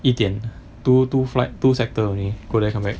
一点 two two flight two sector only go there come back